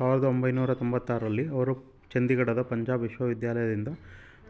ಸಾವಿರದ ಒಂಬೈನೂರ ತೊಂಬತ್ತಾರರಲ್ಲಿ ಅವರು ಚಂಡೀಗಢದ ಪಂಜಾಬ್ ವಿಶ್ವವಿದ್ಯಾಲಯದಿಂದ